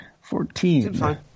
Fourteen